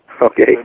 Okay